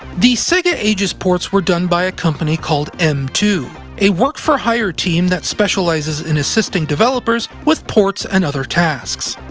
the sega ages ports were done by a company called m two, a work for hire team that specializes in assisting developers with ports and other tasks.